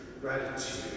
gratitude